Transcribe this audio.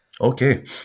Okay